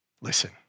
listen